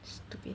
stupid